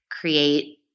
create